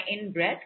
in-breath